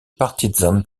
partizan